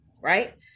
right